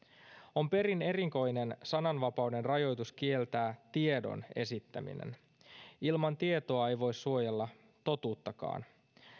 on perin erikoinen sananvapauden rajoitus kieltää tiedon esittäminen ilman tietoa ei voi suojella totuuttakaan